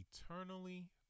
eternally